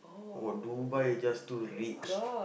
or Dubai just too rich